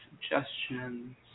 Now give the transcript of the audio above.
suggestions